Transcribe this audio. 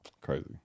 crazy